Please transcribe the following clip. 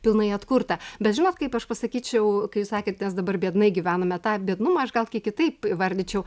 pilnai atkurta bet žinot kaip aš pasakyčiau kai jūs sakėt mes dabar biednai gyvename tą biednumą aš gal kiek kitaip įvardyčiau